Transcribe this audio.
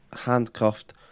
handcuffed